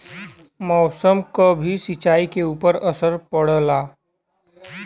मौसम क भी सिंचाई के ऊपर असर पड़ला